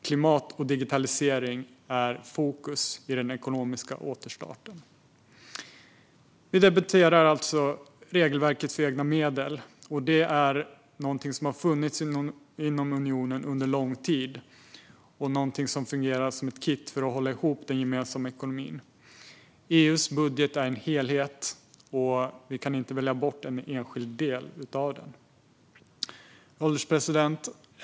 Klimat och digitalisering är fokus i den ekonomiska återstarten. Vi debatterar alltså regelverket för egna medel. Det är något som har funnits inom unionen under lång tid och någonting som fungerar som ett kitt för att hålla ihop den gemensamma ekonomin. EU:s budget är en helhet, och vi kan inte välja bort en enskild del av den. Herr ålderspresident!